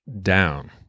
down